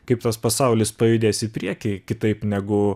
kaip tas pasaulis pajudės į priekį kitaip negu